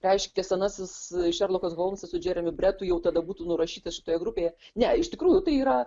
reiškia senasis šerlokas holmsas su džeremiu bretu jau tada būtų nurašytas šitoje grupėje ne iš tikrųjų tai yra